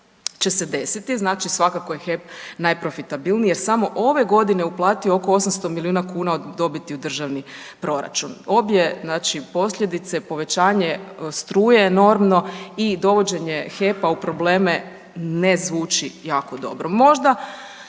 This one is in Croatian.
će se desiti, znači svakako je HEP najprofitabilniji jer samo ove godine je uplatio oko 800 milijuna kuna od dobiti u državni proračun. Obje znači posljedice povećanje struje enormno i dovođenje HEP-a u probleme ne zvuči jako dobro.